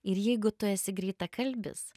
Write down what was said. ir jeigu tu esi greitakalbis